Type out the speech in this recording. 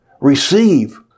receive